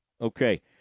Okay